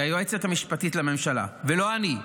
היא היועצת המשפטית לממשלה ולא אני.